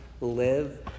live